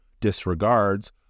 disregards